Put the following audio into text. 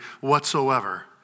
whatsoever